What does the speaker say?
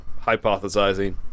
hypothesizing